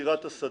תקשיבו,